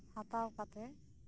ᱦᱟᱛᱟᱣ ᱠᱟᱛᱮᱜ